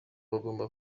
bagomba